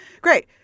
great